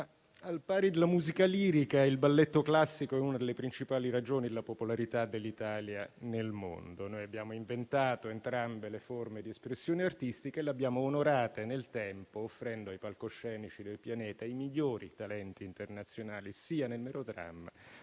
al pari della musica lirica, il balletto classico è una delle principali ragioni la popolarità dell'Italia nel mondo. Noi abbiamo inventato entrambe le forme di espressione artistica e le abbiamo onorate nel tempo, offrendo ai palcoscenici del pianeta i migliori talenti internazionali, sia nel melodramma